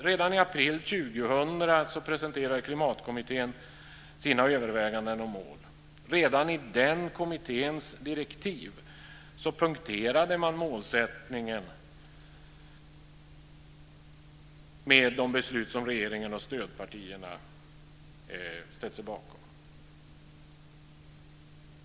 Redan i april 2000 presenterade Klimatkommittén sina överväganden och mål, och redan i den kommitténs direktiv poängterade man målsättningen med de beslut som regeringen och stödpartierna ställt sig bakom.